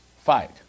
fight